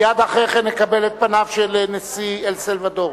מייד אחרי כן נקבל את פניו של נשיא אל-סלבדור.